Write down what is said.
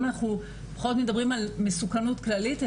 אנחנו פחות מדברים על מסוכנות כללית,